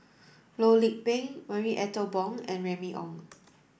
Loh Lik Peng Marie Ethel Bong and Remy Ong